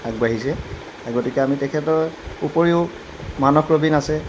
আগবাঢ়িছে গতিকে আমি তেখেতৰ উপৰিও মানস ৰবিন আছে